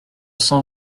cent